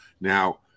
Now